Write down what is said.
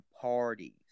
parties